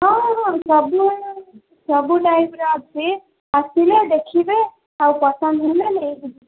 ହଁ ହଁ ସବୁ ସବୁ ଟାଇପ୍ର ଅଛି ଆସିଲେ ଦେଖିବେ ଆଉ ପସନ୍ଦ ହେଲେ ନେଇକି